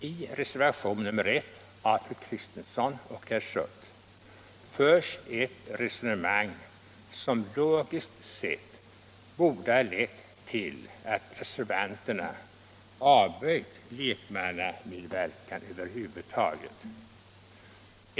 I reservationen 1 av fru Kristensson och herr Schött förs ett resonemang som logiskt sett borde ha lett till att reservanterna avböjt lekmannamedverkan över huvud taget.